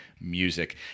music